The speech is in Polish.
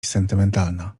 sentymentalna